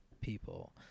people